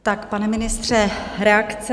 Tak, pane ministře, reakce.